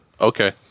Okay